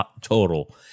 total